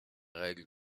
règles